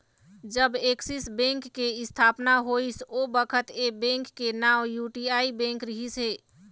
जब Axis bank के इस्थापना होइस ओ बखत ऐ बेंक के नांव यूटीआई बेंक रिहिस हे